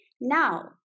Now